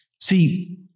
See